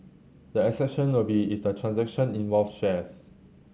the exception will be if the transaction involved shares